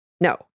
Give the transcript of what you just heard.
no